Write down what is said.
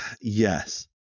Yes